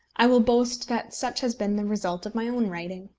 i will boast that such has been the result of my own writing.